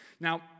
Now